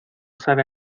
sabe